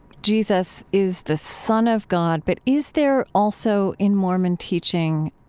jesus is the son of god, but is there also, in mormon teaching,